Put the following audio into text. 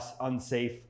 unsafe